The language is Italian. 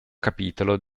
capitolo